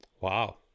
wow